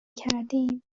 کردیم